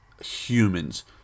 humans